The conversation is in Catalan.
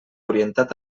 orientat